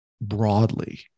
broadly